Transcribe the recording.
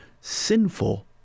sinful